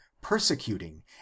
persecuting